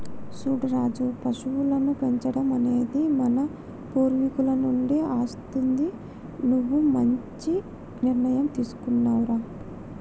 సూడు రాజు పశువులను పెంచడం అనేది మన పూర్వీకుల నుండి అస్తుంది నువ్వు మంచి నిర్ణయం తీసుకున్నావ్ రా